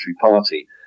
party